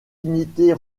unités